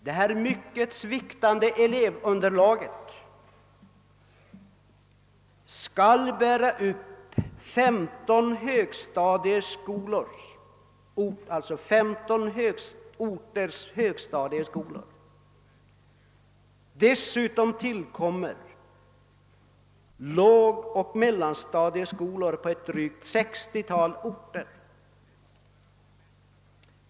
Det mycket sviktande elevunderlaget skall bära upp 15 orters högstadieskolor, och dessutom tillkommer lågoch mellanstadieskolor på drygt 60 orter.